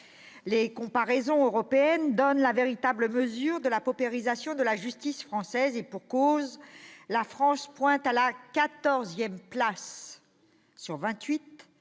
Les comparaisons européennes donnent la véritable mesure de la paupérisation de la justice française. Et pour cause, la France pointe à la quatorzième place sur